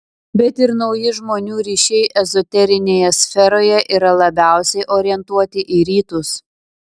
bet ir nauji žmonių ryšiai ezoterinėje sferoje yra labiausiai orientuoti į rytus